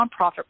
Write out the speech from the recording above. nonprofit